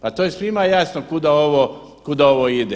Pa to je svima jasno kuda ovo ide.